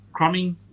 crumbing